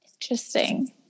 Interesting